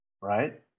right